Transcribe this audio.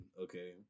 Okay